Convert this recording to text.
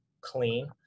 clean